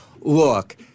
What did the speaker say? look